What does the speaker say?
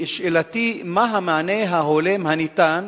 שאלתי: 1. מה המענה ההולם הניתן,